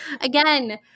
Again